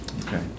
Okay